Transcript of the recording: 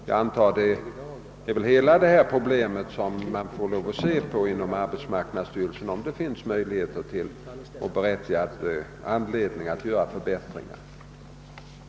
Jag antar att man inom arbetsmarknadsstyrelsen måste diskutera hela detta problemkomplex för att se om det finns möjligheter och berättigad anledning att vidta ändringar i detta syfte.